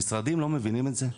המשרדים לא מבינים את זה?